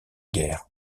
guerre